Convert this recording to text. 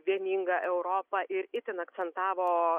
vieningą europą ir itin akcentavo